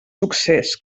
succés